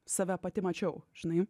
save pati mačiau žinai